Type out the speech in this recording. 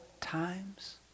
times